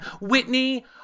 Whitney